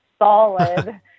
solid